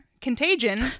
Contagion